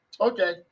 okay